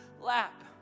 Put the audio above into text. lap